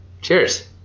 Cheers